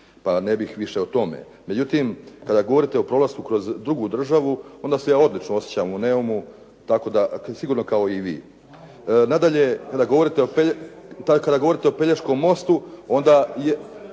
pa ne bih više o tome. Međutim, kada govorite kroz drugu državu, onda se ja odlično osjećam u Neumu, sigurno kao i vi. Nadalje, kada govorite o Pelješkom mostu. Ja